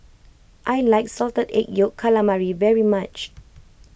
I like Salted Egg Yolk Calamari very much